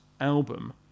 album